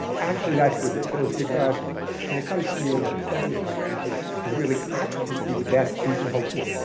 actually, that's ridiculous, because when it comes to humor, seventy five percent is really absolutely the best you can hope for.